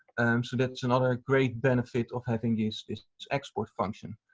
so that's another great benefit of having is this export function.